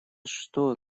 что